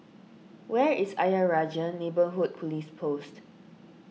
where is Ayer Rajah Neighbourhood Police Post